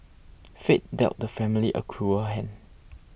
fate dealt the family a cruel hand